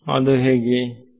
Student Refer Time 1019